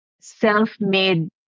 self-made